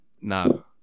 No